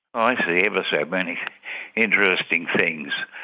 i see ever so many interesting things.